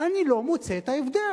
אני לא מוצא את ההבדל.